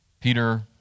Peter